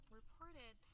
reported